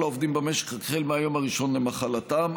העובדים במשק החל מהיום הראשון למחלתם,